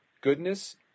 goodness